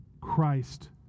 Christ